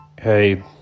Hey